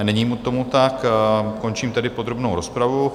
Není tomu tak, končím tedy podrobnou rozpravu.